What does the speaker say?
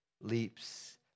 leaps